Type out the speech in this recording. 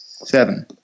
Seven